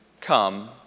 Come